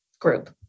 group